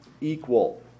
equal